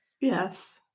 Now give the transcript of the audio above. Yes